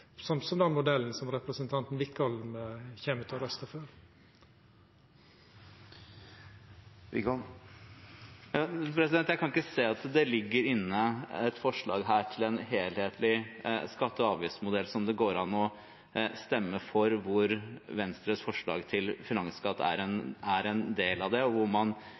arbeidsplassar, som den modellen som representanten Wickholm kjem til å røysta for, gjer. Jeg kan ikke se at det ligger inne et forslag til en helhetlig skatte- og avgiftsmodell som det går an å stemme for, hvor Venstres forslag til finansskatt er en del av det, og hvor man gir inndekning for hele den rammen som er en del av